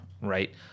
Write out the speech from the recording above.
right